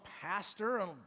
pastor